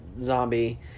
zombie